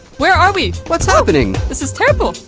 where are we? what's happening? this is terrible.